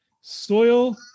soil